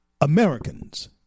Americans